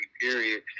period